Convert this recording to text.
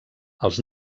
els